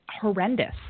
horrendous